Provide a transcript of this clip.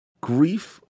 Grief